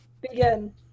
Begin